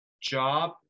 job